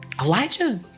Elijah